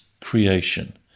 creation